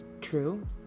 True